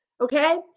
Okay